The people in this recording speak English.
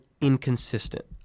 inconsistent